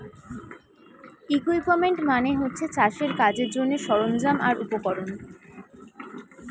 equipment মানে হচ্ছে চাষের কাজের জন্যে সরঞ্জাম আর উপকরণ